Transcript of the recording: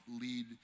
lead